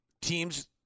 teams